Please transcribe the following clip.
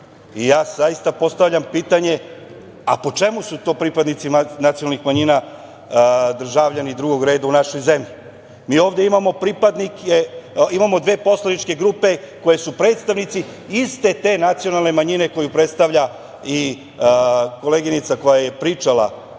i ja zaista postavljam pitanje – a po čemu su to pripadnici nacionalnih manjina državljani drugog reda u našoj zemlji? Ovde imamo dve poslaničke grupe koje su predstavnici iste te nacionalne manjine koju predstavlja i koleginica koja je pričala